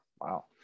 Wow